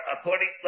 according